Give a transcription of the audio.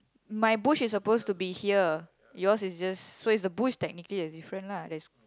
my bush is supposed to be here yours is just so is the bush technically that's different lah that's